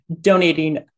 donating